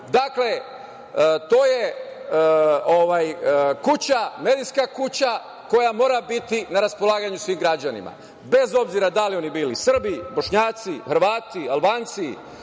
građana. To je medijska kuća koja mora biti na raspolaganju svim građanima, bez obzira da li oni bili Srbi, Bošnjaci, Hrvati, Albanci,